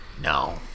No